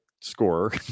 scorer